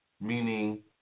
meaning